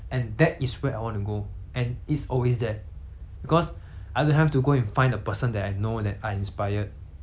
because I will have to go and find the person that I know that I inspired eh I inspire to be that kind of person then I go and find the person